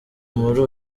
muri